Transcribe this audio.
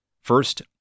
First